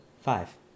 five